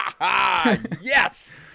Yes